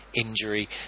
injury